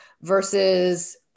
versus